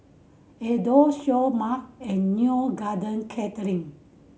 Adore Seoul Mart and Neo Garden Catering